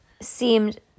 seemed